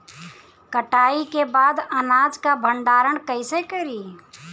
कटाई के बाद अनाज का भंडारण कईसे करीं?